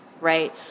right